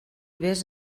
vés